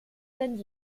denn